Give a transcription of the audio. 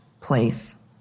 place